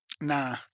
Nah